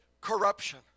corruption